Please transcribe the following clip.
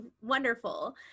wonderful